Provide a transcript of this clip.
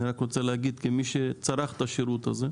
אני רק רוצה להגיד, כמי שצרך את השירות הזה,